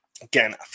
Again